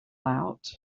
out